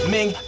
Ming